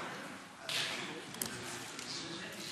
בבקשה.